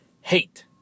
Hate